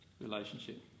relationship